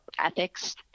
ethics